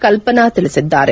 ಕಲ್ಪನಾ ತಿಳಿಸಿದ್ದಾರೆ